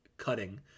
cutting